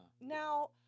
Now